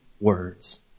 words